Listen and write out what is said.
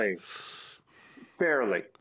Fairly